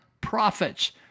profits